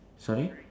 sorry